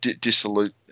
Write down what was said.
Dissolute